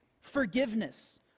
forgiveness